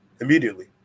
immediately